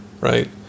right